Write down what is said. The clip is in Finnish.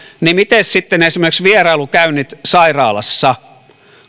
niin miten sitten esimerkiksi vierailukäynnit sairaalassa